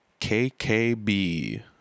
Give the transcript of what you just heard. KKB